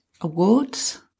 awards